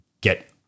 get